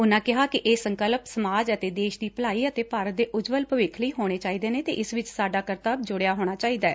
ਉਨਾ ਕਿਹਾ ਕਿ ਇਹ ਸੰਕਲਪ ਸਮਾਜ ਅਤੇ ਦੇਸ਼ ਦੀ ਭਲਾਈ ਅਤੇ ਭਾਰਤ ਦੇ ਉਜਵਲ ਭਵਿੱਖ ਲਈ ਹੋਣੇ ਚਾਹੀਦੇ ਨੇ ਅਤੇ ਇਸ ਵਿਚ ਸਾਡਾ ਕਰਤੱਵ ਜੁਤਿਆ ਹੋਣਾ ਚਾਹੀਦੈ